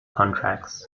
contracts